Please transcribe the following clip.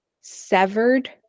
severed